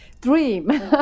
dream